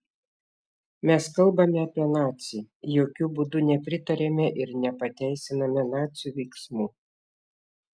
mes kalbame apie nacį jokiu būdu nepritariame ir nepateisiname nacių veiksmų